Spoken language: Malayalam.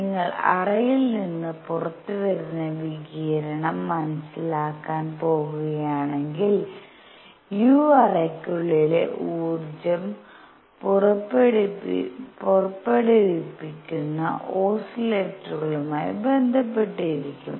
നിങ്ങൾ അറയിൽ നിന്ന് പുറത്തുവരുന്ന വികിരണം മനസ്സിലാക്കാൻ പോകുകയാണെങ്കിൽ u അറയ്ക്കുള്ളിൽ ഊർജ്ജം പുറപ്പെടുവിക്കുന്ന ഓസിലേറ്ററുകളുമായി ബന്ധപ്പെട്ടിരിക്കും